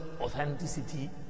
authenticity